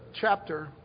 chapter